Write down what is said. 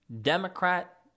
Democrat